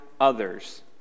others